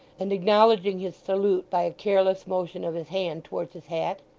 and acknowledging his salute by a careless motion of his hand towards his hat.